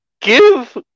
give